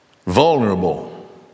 Vulnerable